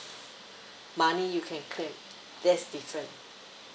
money you can claim that's different